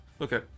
Okay